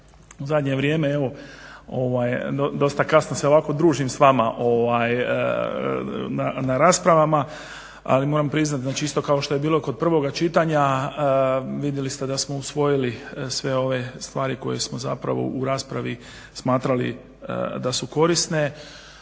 u zadnje vrijeme evo dosta kasno se ovako družim s vama na raspravama, ali moram priznati znači isto kao što je bilo kod prvoga čitanja, vidjeli ste da smo usvojili sve ove stvari koje smo zapravo u raspravi smatrali da su korisne,